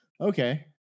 okay